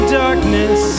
darkness